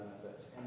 benefits